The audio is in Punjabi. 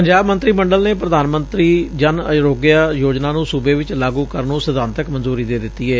ਪੰਜਾਬ ਮੰਤਰੀ ਮੰਡਲ ਨੇ ਪ੍ਰਧਾਨ ਮੰਤਰੀ ਜਨ ਆਰੋਗਿਆ ਯੋਜਨਾ ਨੂੰ ਸੂਬੇ ਚ ਲਾਗੂ ਕਰਨ ਨੂੰ ਸਿਧਾਂਤਕ ਮਨਜੂਰੀ ਦੇ ਦਿਤੀ ਏ